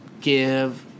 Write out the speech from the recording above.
give